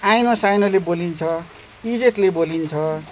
आइनोसाइनोले बोलिन्छ इज्जतले बोलिन्छ